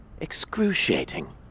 excruciating